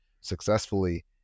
successfully